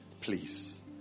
Please